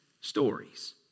stories